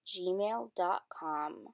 gmail.com